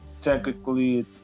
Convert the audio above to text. technically